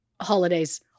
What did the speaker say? Holidays